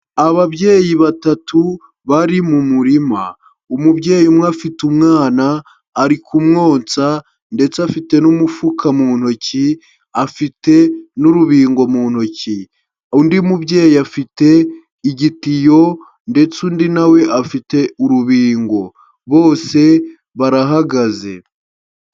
Ababyeyi batatu bari mu murima, umubyeyi umwe afite umwana ari kumwonsa ndetse afite n'umufuka mu ntoki, afite n'urubingo mu ntoki, undi mubyeyi afite igitiyo ndetse undi nawe afite urubingo bose barahagaze.